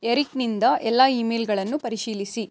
ಎರಿಕ್ನಿಂದ ಎಲ್ಲ ಇ ಮೇಲ್ಗಳನ್ನು ಪರಿಶೀಲಿಸಿ